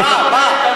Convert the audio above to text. מה, מה?